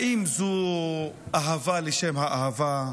האם זו אהבה לשם אהבה?